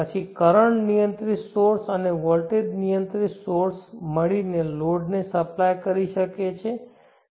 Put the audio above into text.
પછી કરંટ નિયંત્રિત સોર્સ અને વોલ્ટેજ નિયંત્રણ સોર્સ મળીને લોડને સપ્લાય કરી શકે છે